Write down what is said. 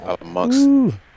amongst